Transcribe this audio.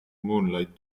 moonlight